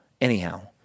anyhow